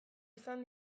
izan